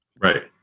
right